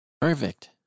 Perfect